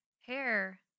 hair